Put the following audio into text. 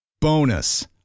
Bonus